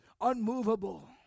Unmovable